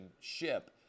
ship